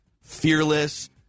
fearless